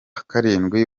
karindwi